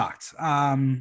shocked